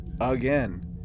again